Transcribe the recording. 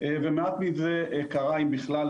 ומעט מזה קרה אם בכלל,